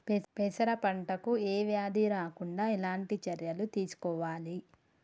పెరప పంట కు ఏ వ్యాధి రాకుండా ఎలాంటి చర్యలు తీసుకోవాలి?